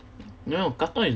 no katong is